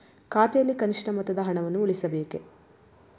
ಖಾತೆಯಲ್ಲಿ ಕನಿಷ್ಠ ಮೊತ್ತದ ಹಣವನ್ನು ಉಳಿಸಬೇಕೇ?